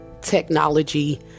technology